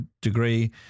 degree